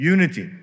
Unity